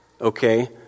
Okay